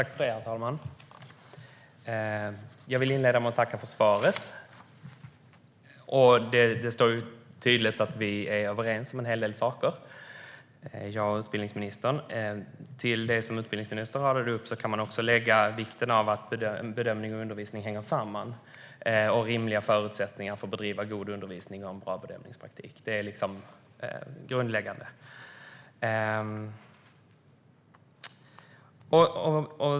Herr talman! Jag vill inleda med att tacka för svaret. Det är tydligt att vi är överens om en hel del saker, jag och utbildningsministern. Till det som utbildningsministern radade upp kan man också lägga vikten av att bedömning och undervisning hänger samman, rimliga förutsättningar för att bedriva god undervisning och en bra bedömningspraktik. Det är liksom grundläggande.